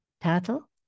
title